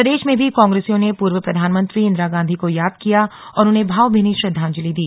प्रदेश में भी कांग्रेसियों ने पूर्व प्रधानमंत्री इंदिरा गांधी को याद किया और उन्हें भावभीनी श्रद्धांजलि दी